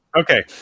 Okay